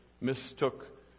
mistook